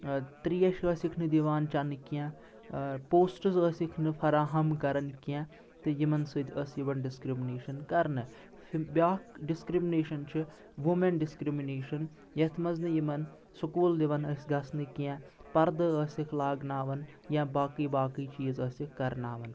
ترٛیش ٲسِکھ نہٕ دِوان چیٚنہٕ کینٛہہ پوسٹٕز ٲسِکھ نہٕ فراہَم کَران کینٛہہ تہٕ یِمن سٕتۍ ٲس یِوان ڈِسکرٛمنیشَن کَرنہٕ بیٛاکھ ڈِسکرٛمنیشَن چھِ وُمیٚن ڈِسکرٛمنیشَن یَتھ منٛز نہٕ یِمَن سکوٗل دِوان ٲسۍ گژھنہٕ کینٛہہ پردٕ ٲسِکھ لاگناوان یا باقٕے باقٕے چیٖز ٲسِکھ کَرناوان